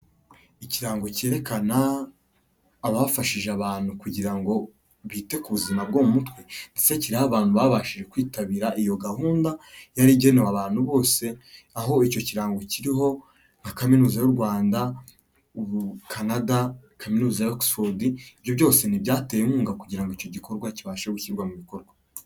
Ikirango cyerekana abafashije abantu kugira ngo bwite ku buzima bwo mu mutwe ndetse kiriho abantu babashije kwitabira iyo gahunda yari igenewe abantu bose, aho icyo kirango kiriho nka kaminuza y'u Rwanda, Canada, kaminuza ya Oxford, ibyo byose ni ibyateye inkunga kugira ngo icyo gikorwa kibashe gushyirwa mu bikorwa.